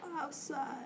outside